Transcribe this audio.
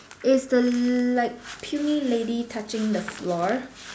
is the like puny lady touching the floor